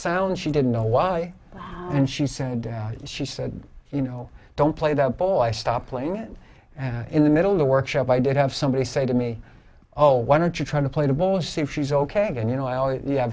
sound she didn't know why and she said dad she said you know don't play that ball i stop playing it and in the middle of the workshop i did have somebody say to me oh why don't you try to play the ball